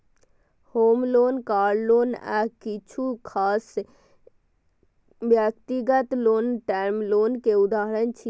होम loan, car loan आ किछु खास व्यक्तिगत लोन टर्म लोन के उदाहरण छियै